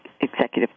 executive